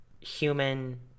human